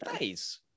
Nice